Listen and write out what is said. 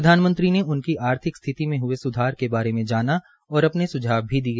प्रधानमंत्री ने उनकी आर्थिक स्थिति में हए स्धार के बारे में जाना और अपने सुझाव भी दिए